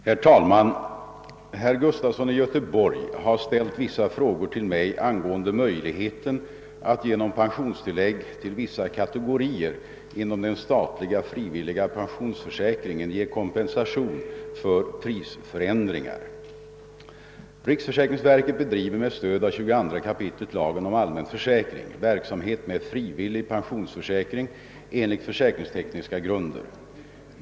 Herr talman! Herr Gustafson i Göteborg har ställt vissa frågor till mig angående möjligheten att genom pensionstillägg till vissa kategorier inom den statliga frivilliga pensionsförsäkringen ge kompensation för prisförändringar. Riksförsäkringsverket bedriver med stöd av 22 kap. lagen om allmän försäkring verksamhet med frivillig pensionsförsäkring enligt försäkringstekniska grunder.